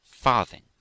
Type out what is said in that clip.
farthing